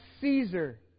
Caesar